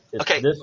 Okay